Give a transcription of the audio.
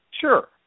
Sure